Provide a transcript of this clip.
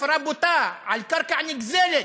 הפרה בוטה על קרקע נגזלת,